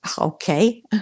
Okay